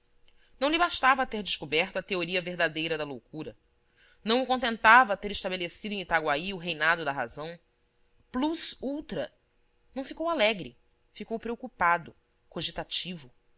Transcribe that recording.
não lhe bastava ter descoberto a teoria verdadeira da loucura não o contentava ter estabelecido em itaguaí o reinado da razão plus ultra não ficou alegre ficou preocupado cogitativo